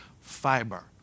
fiber